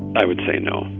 and i would say no,